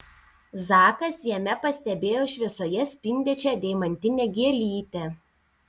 zakas jame pastebėjo šviesoje spindinčią deimantinę gėlytę